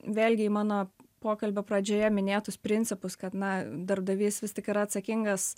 vėlgi į mano pokalbio pradžioje minėtus principus kad na darbdavys vis tik yra atsakingas